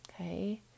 okay